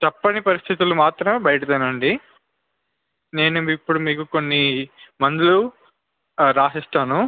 తప్పని పరిస్థితిలో మాత్రమే బయట తినండి నేను ఇప్పుడు మీకు కొన్ని మందులు వ్రాసి ఇస్తాను